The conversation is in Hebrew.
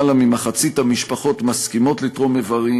למעלה ממחצית המשפחות מסכימות לתרום איברים,